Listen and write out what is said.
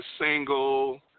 single